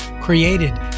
created